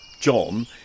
John